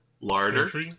Larder